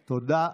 תודה.